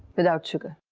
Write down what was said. without sugar.